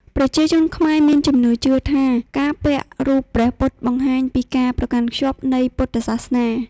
ប្រជាជនខ្មែរ មានជំនឿជឿថាការពាក់រូបព្រះពុទ្ធបង្ហាញពីការប្រកាន់ខ្ជាប់នៃពុទ្ធសាសនា។